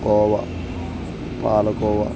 khoa palkova